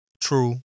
true